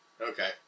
Okay